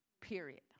period